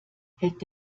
hält